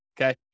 okay